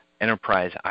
enterprise